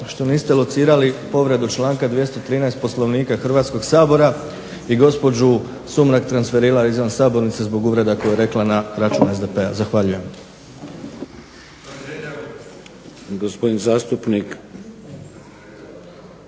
što niste locirali povredu članka 213. Poslovnika Hrvatskog sabora i gospođu Sumrak transferirali izvan sabornice zbog uvreda koje je rekla na račun SDP-a. Zahvaljujem.